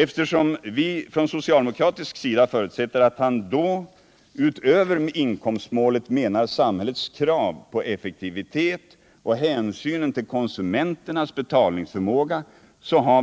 Eftersom vi från socialdemokratisk sida förutsätter att han då utöver inkomstmålet menar samhällets krav på effektivitet och hänsynen till konsumenternas betalningsförmåga, så har